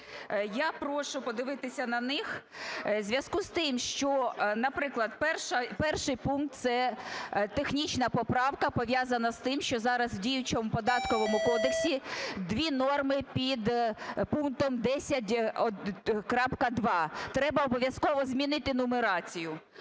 Я прошу подивитися на них. У зв'язку з тим, що, наприклад, 1 пункт - це технічна поправка, пов'язана з тим, що зараз в діючому Податковому кодексі дві норми під пунктом 10.2. Треба обов'язково змінити нумерацію.